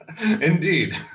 Indeed